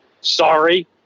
Sorry